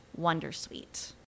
Wondersuite